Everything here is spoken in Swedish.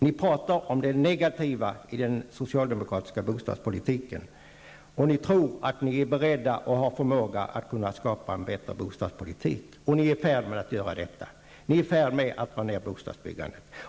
Ni talar om det negativa i den socialdemokratiska bostadspolitiken, och ni tror att ni är beredda och har förmågan att skapa en bättre bostadspolitik. Ni är i färd med att göra det. Ni är i färd med att dra ner bostadsbyggandet.